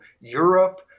Europe